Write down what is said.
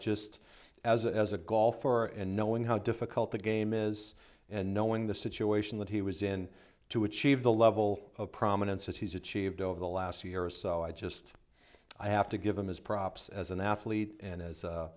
just as as a golfer are and knowing how difficult the game is and knowing the situation that he was in to achieve the level of prominence that he's achieved over the last year or so i just i have to give him his props as an athlete and as